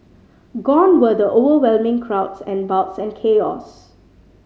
gone were the overwhelming crowds and bouts and chaos